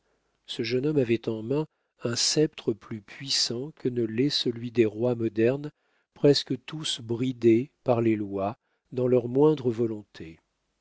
ce jeune homme avait en main un sceptre plus puissant que ne l'est celui des rois modernes presque tous bridés par les lois dans leurs moindres volontés